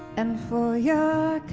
and for yeah